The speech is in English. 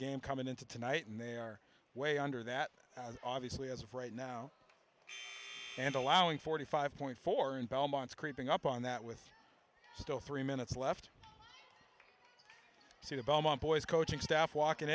game coming into tonight and they are way under that obviously as of right now and allowing forty five point four and belmont's creeping up on that with still three minutes left see the belmont boys coaching staff walk in